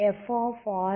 Fஎன்பது 0 R